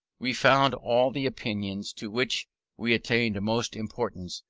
we found all the opinions to which we attached most importance,